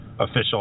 Official